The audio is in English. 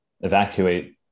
evacuate